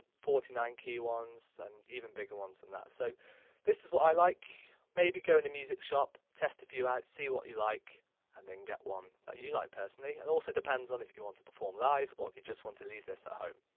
forty nine key ones and even bigger ones than that so this is what i like. maybe go in a music shop test a few out see what you like and then get one that you like personally and it also depends on if you want to perform live or if you just want to leave this at ah home.